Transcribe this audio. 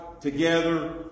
together